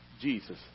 Jesus